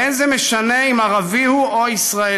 ואין זה משנה אם ערבי הוא או ישראלי.